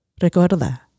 Recuerda